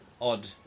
odd